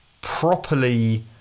properly